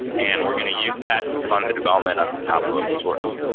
and we're going to use that to fund the development on top of open source.